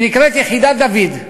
שנקראת יחידת-דוד.